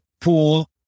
pool